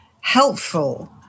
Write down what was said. helpful